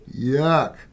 Yuck